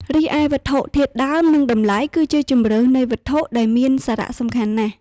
រីឯ វត្ថុធាតុដើម និងតម្លៃ គឺជាជម្រើសនៃវត្ថុដែលមានសារៈសំខាន់ណាស់។